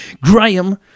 Graham